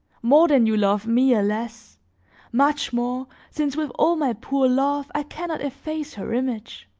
more than you love me, alas! much more, since with all my poor love i can not efface her image